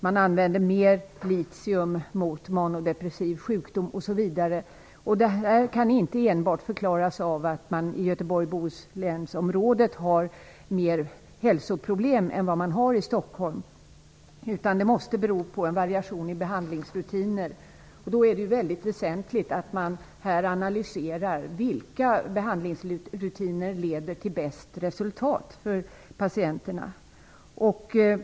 Mer litium används mot mano-depressiva sjukdomar, osv. Detta kan inte enbart förklaras med att man i Göteborg-Bohuslänområdet har mer hälsoproblem än i Stockholm. Det måste bero på en variation i behandlingsrutiner. Då är det väsentligt att analysera vilka behandlingsrutiner som leder till bäst resultat för patienterna.